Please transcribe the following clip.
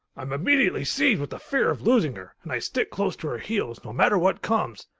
i'm immediately seized with the fear of losing her, and i stick close to her heels, no matter what comes.